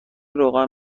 روغن